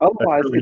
Otherwise